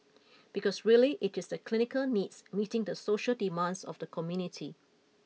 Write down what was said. because really it is the clinical needs meeting the social demands of the community